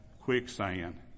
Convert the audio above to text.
quicksand